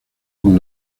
con